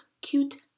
cute